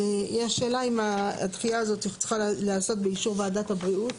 יש שאלה אם הדחייה הזאת צריכה להיעשות באישור ועדת הבריאות